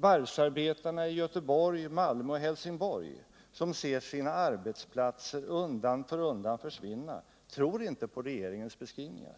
Varvsarbetarna i Göteborg, Malmö och Helsingborg, som ser sina arbetsplatser försvinna undan för undan, tror inte på regeringens beskrivningar.